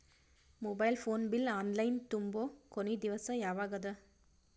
Mobile phone bill online ತುಂಬೊ ಕೊನಿ ದಿವಸ ಯಾವಗದ?